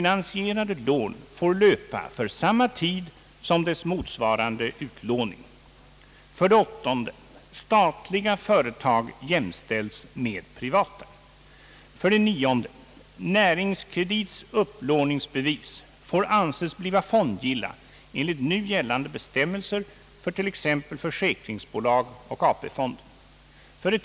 9) Näringskredits upplåningsbevis får anses bliva fondgilla enligt nu gällande bestämmelser för t.ex. försäkringsbolag och AP-fonden.